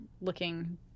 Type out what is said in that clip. looking